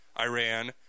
iran